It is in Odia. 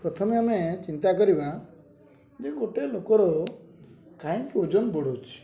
ପ୍ରଥମେ ଆମେ ଚିନ୍ତା କରିବା ଯେ ଗୋଟେ ଲୋକର କାହିଁକି ଓଜନ ବଢ଼ୁଛି